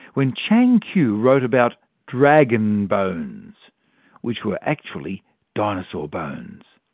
when chang qu wrote about dragon bones which were actually dinosaur bones.